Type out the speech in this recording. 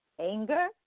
anger